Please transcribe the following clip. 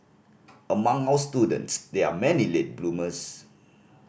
among our students there are many late bloomers